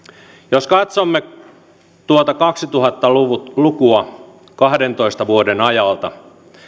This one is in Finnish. jos katsomme tuota kaksituhatta lukua kahdentoista vuoden ajalta